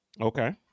Okay